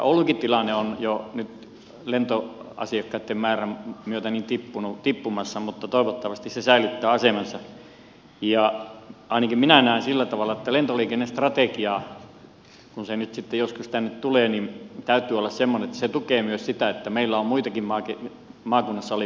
oulunkin tilanne on jo nyt lentoasiakkaitten määrän myötä tippumassa mutta toivottavasti se säilyttää asemansa ja ainakin minä näen sillä tavalla että lentoliikennestrategian kun se nyt sitten joskus tänne tulee täytyy olla semmoinen että se tukee myös sitä että meillä on muitakin maakunnassa olevia kenttiä sitten kuin oulu